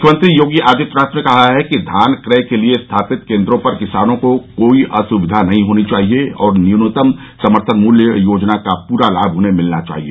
मुख्यमंत्री योगी आदित्यनाथ ने कहा है कि धान क्रय के लिये स्थापित केन्द्रों पर किसानों को कोई असुविधा नहीं होनी चाहिए और न्यूनतम समर्थन मूल्य योजना का पूरा लाभ उन्हें मिलना चाहिए